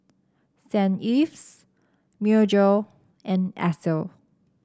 Saint Ives Myojo and Esso